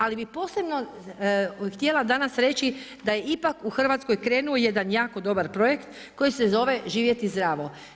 Ali bih posebno htjela danas reći da je ipak danas u Hrvatskoj krenuo jedan jako dobar projekt koji se zove „Živjeti zdravo“